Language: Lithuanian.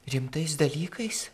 rimtais dalykais